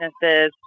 businesses